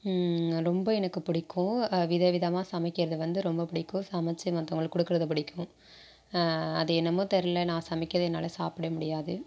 ரொம்ப எனக்குப் பிடிக்கும் விதவிதமாக சமைக்கிறது வந்து ரொம்ப பிடிக்கும் சமச்சு மற்றவங்களுக்கு கொடுக்கறது பிடிக்கும் அது என்னமோ தெரில நான் சமைக்கிறதை என்னால் சாப்பிடவே முடியாது